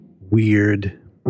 weird